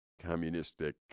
communistic